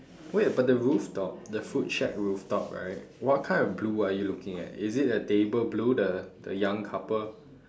wait but the rooftop the food shack rooftop right what kind of blue are you looking at is it the table blue the the young couple